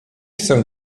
chcę